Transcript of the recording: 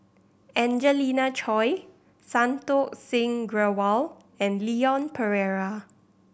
Angelina Choy Santokh Singh Grewal and Leon Perera